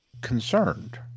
concerned